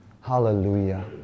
Hallelujah